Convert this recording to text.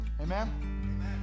Amen